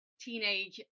teenage